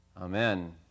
amen